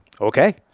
okay